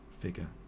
figure